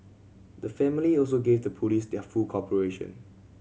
the family also gave the Police their full cooperation